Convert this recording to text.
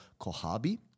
Kohabi